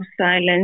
silence